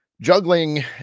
juggling